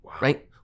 right